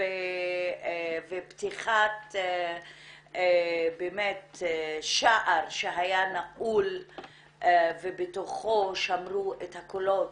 ופתיחת שער שהיה נעול ובתוכו שמרו את הקולות